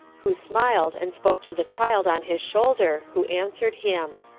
who smiled, and spoke to the child on his shoulder, who answered him.